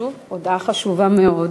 הודעה חשובה מאוד